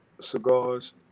cigars